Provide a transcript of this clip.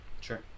sure